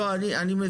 לא, אני מבין.